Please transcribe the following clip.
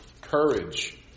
Courage